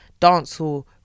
dancehall